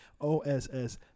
OSS